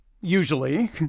usually